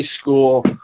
School